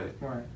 Right